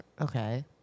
Okay